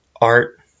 art